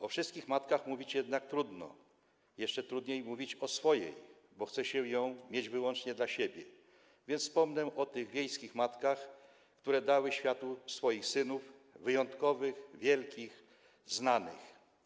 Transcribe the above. O wszystkich matkach mówić jednak trudno, jeszcze trudniej mówić o swojej, bo chce się ją mieć wyłącznie dla siebie, więc wspomnę o tych wiejskich matkach, które dały światu swoich synów, wyjątkowych, wielkich, znanych.